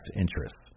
interests